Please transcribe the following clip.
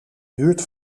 buurt